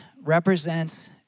represents